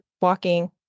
walking